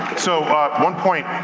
so one point.